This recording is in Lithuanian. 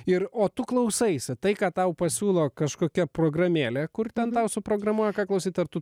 ir o tu klausaisi tai ką tau pasiūlo kažkokia programėlė kur ten tau suprogramuoja ką klausyt ar tu